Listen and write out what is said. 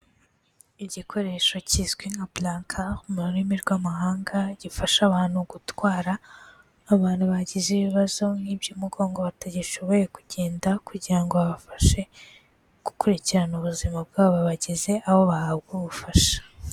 Igikoresho kizwi nka blankal mu rurimi rw'amahanga, gifasha abantu gutwara abantu bagize ibibazo nk'iby'umugongo batagishoboye kugenda, kugira ngo babafashe gukurikirana ubuzima bwabo, babageze aho bahabwa ubufasha.